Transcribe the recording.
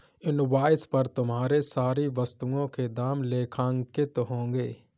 invoice पर तुम्हारे सारी वस्तुओं के दाम लेखांकित होंगे